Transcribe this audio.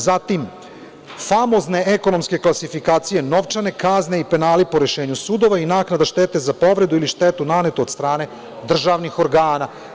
Zatim, famozne ekonomske klasifikacije, novčane kazne i penali po rešenju sudova i naknada štete za povredu ili štetu nanetu od strane državnih organa.